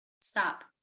Stop